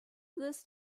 list